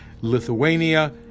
Lithuania